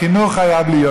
החינוך חייב להיות.